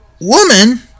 woman